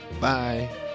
Bye